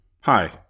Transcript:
Hi